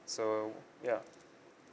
so yeah